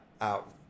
out